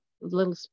little